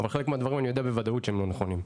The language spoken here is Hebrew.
אבל חלק מהדברים אני יודע בוודאות שהם לא נכונים.